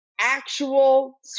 actual